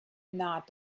not